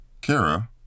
kara